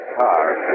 car